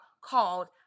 called